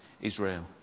Israel